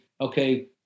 okay